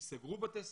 ייסגרו בתי ספר,